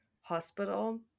hospital